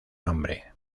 nombre